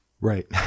Right